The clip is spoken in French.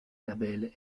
label